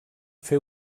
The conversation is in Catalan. fer